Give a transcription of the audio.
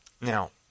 Now